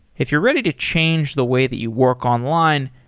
if you're ready to change the way that you work online,